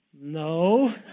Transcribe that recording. No